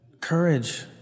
courage